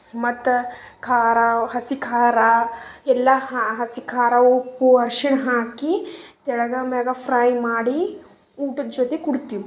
ಮತ್ತು ಖಾರ ಹಸಿ ಖಾರ ಎಲ್ಲ ಹಸಿ ಖಾರ ಉಪ್ಪು ಅರ್ಶಿಣ ಹಾಕಿ ಕೆಳಗೆ ಮ್ಯಾಗ ಫ್ರೈ ಮಾಡಿ ಊಟದ ಜೊತೆಗ್ ಕೊಡ್ತೀವ್